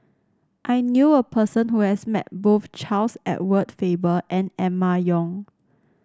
I knew a person who has met both Charles Edward Faber and Emma Yong